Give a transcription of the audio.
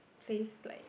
place like